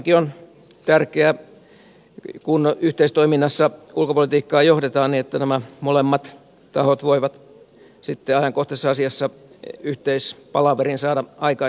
tämäkin on tärkeää kun yhteistoiminnassa ulkopolitiikkaa johdetaan niin että nämä molemmat tahot voivat sitten ajankohtaisessa asiassa yhteispalaverin saada aikaiseksi